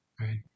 right